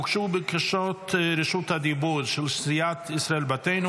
הוגשו בקשות רשות דיבור של סיעת ישראל ביתנו.